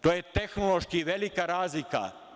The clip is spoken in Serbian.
To je tehnološki velika razlika.